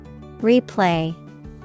Replay